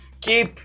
keep